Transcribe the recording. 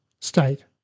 state